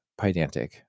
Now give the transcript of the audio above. Pydantic